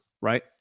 right